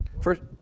First